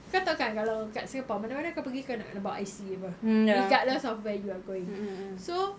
kau tahu kan kalau kat singapore mana-mana kau pergi kau nak kena bawa I_C apa regardless of where you are going so